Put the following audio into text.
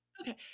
okay